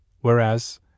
whereas